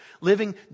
living